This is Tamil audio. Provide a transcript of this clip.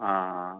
ஆ ஆ